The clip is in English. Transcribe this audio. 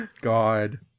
God